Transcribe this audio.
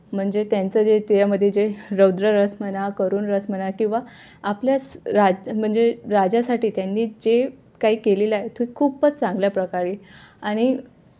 म्हणजे त्यांचं जे त्यामध्ये जे रौद्र रस म्हणा करुण रस म्हणा किंवा आपल्यास राज म्हणजे राजासाठी त्यांनी जे काही केलेलं आहे खूपच चांगल्या प्रकारे आणि